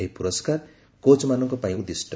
ଏହି ପୁରସ୍କାର କୋଚ୍ମାନଙ୍କ ପାଇଁ ଉଦ୍ଦିଷ୍ଟ